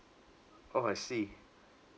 oh I see